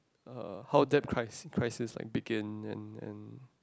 uh how debt crisis crisis like begin and and